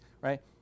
right